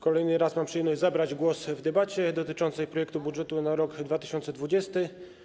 Kolejny raz mam przyjemność zabrać głos w debacie dotyczącej projektu budżetu na rok 2020.